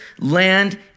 land